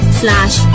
slash